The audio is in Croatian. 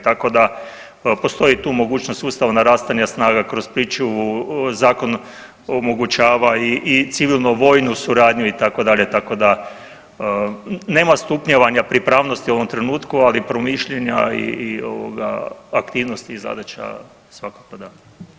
Tako da postoji tu mogućnost sustava narastanja snaga kroz pričuvu, zakon omogućava i civilno vojnu suradnju itd., tako da nema stupnjevanja pripravnosti u ovom trenutku, ali promišljanja i ovoga aktivnosti i zadaća svakako da.